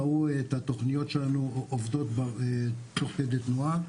ראו את התוכניות שלנו עובדות תוך כדי תנועה.